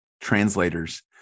translators